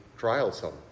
trialsome